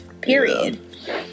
period